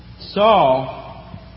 Saul